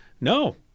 No